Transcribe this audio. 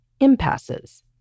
impasses